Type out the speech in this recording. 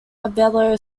abellio